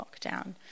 lockdown